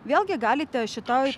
vėlgi galite šitoj